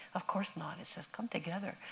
of course not. it says, come together.